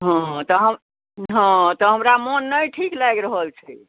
हँ तऽ हम हँ तऽ हमरा मोन नहि ठीक लागि रहल छै